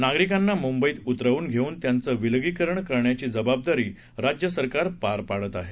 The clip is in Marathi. नागरिकांना मुंबईत उतरवून घेऊन त्यांचं विलगीकरण करयाची जबाबदारी राज्य सरकार पार पाडत आहे